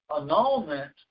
annulment